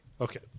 Okay